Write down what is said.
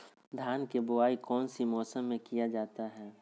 धान के बोआई कौन सी मौसम में किया जाता है?